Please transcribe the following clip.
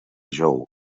jou